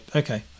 okay